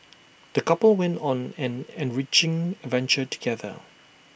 the couple went on an enriching adventure together